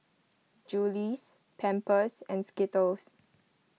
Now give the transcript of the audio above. Julie's Pampers and Skittles